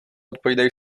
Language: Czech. odpovídají